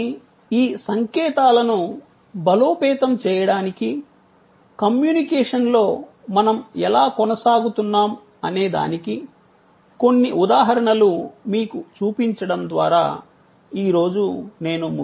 కానీ ఈ సంకేతాలను బలోపేతం చేయడానికి కమ్యూనికేషన్లో మనం ఎలా కొనసాగుతున్నాం అనేదానికి కొన్ని ఉదాహరణలు మీకు చూపించడం ద్వారా ఈ రోజు నేను ముగిస్తాను